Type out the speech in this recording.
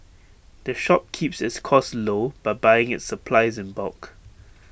the shop keeps its costs low by buying its supplies in bulk